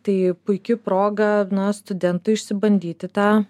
tai puiki proga na studentui išsibandyti tą